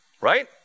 right